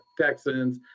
Texans